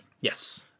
yes